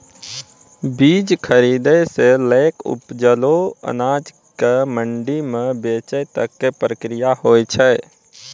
बीज खरीदै सॅ लैक उपजलो अनाज कॅ मंडी म बेचै तक के प्रक्रिया हौय छै